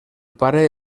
pare